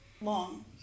long